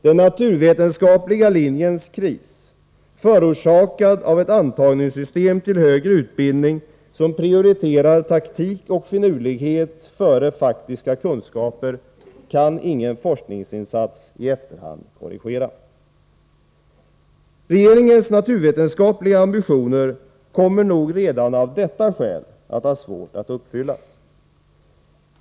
Den naturvetenskapliga linjens kris — förorsakad av ett antagningssystem till högre utbildning som prioriterar taktik och finurlighet före faktiska kunskaper — kan ingen forskningsinsats i efterhand korrigera. Regeringens naturvetenskapliga ambitioner kommer nog redan av detta skäl att ha svårt att uppfyllas.